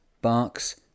Barks